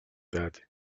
that